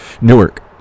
Newark